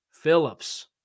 Phillips